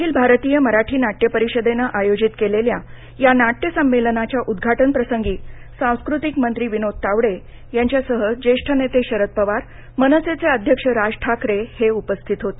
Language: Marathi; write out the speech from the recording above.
अखिल भारतीय मराठी नाट्यपरिषदेनं आयोजित केलेल्या या नाट्य संमेलनाच्या उदघाटनप्रसंगी सांस्कृतिक मंत्री विनोद तावडे यांच्या सह ज्येष्ठ नेते शरद पवार मनसे अध्यक्ष राज ठाकरे उपस्थित होते